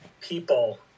people